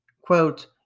Quote